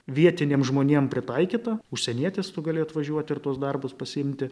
vietiniam žmonėm pritaikyta užsienietis tu gali atvažiuoti ir tuos darbus pasiimti